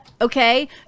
Okay